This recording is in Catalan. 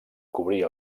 cobrir